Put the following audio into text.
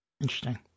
Interesting